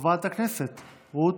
חברת הכנסת רות